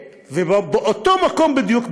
ובאותו מקום בדיוק,